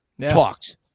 talks